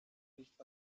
nicht